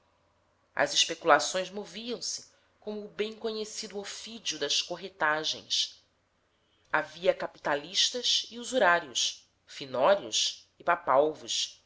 as especulações moviam-se como o bem conhecido ofídio das corretagens havia capitalistas e usurários finórios e papalvos